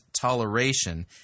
toleration